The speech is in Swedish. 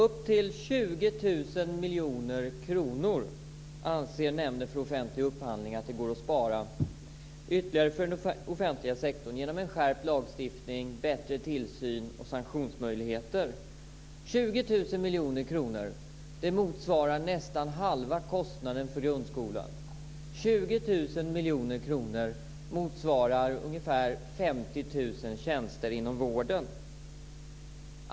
Fru talman! Nämnden för offentlig upphandling anser att det går att spara upp till 20 000 miljoner kronor för den offentliga sektorn genom en skärpt lagstiftning, bättre tillsyn och sanktionsmöjligheter. Det motsvarar nästan halva kostnaden för grundskolan. Beloppet 20 000 miljoner kronor motsvarar ungefär 50 000 tjänster inom vården.